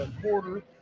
quarter